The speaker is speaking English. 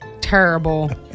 terrible